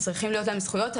צריכים להיות להם זכויות,